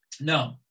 No